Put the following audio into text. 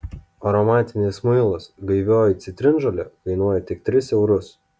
aromatinis muilas gaivioji citrinžolė kainuoja tik tris eurus